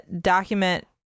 document